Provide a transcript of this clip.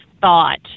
thought